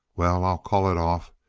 well, i'll call it off.